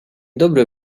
dobry